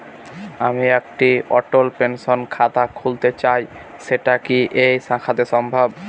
আমি একটি অটল পেনশন খাতা খুলতে চাই সেটা কি এই শাখাতে সম্ভব?